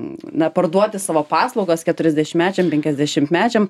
na parduoti savo paslaugas keturiasdešimtmečiam penkiasdešimtmečiam